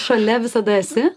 šalia visada esi